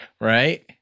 Right